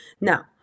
Now